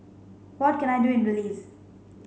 what can I do in Belize